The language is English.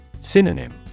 Synonym